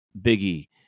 Biggie